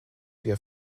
wir